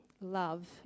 love